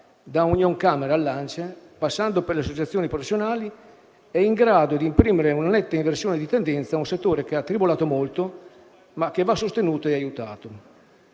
da Unioncamere all'ANCE, passando per le associazioni professionali, è in grado di imprimere una netta inversione di tendenza a un settore che ha tribolato molto, ma che va sostenuto e aiutato.